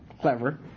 Clever